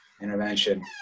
Intervention